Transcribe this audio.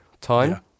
time